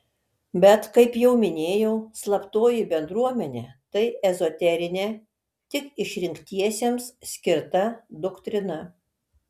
bet kaip jau minėjau slaptoji bendruomenė tai ezoterinė tik išrinktiesiems skirta doktrina